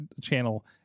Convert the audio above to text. channel